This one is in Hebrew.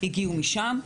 הגיעו משם.